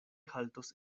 haltos